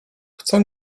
chcę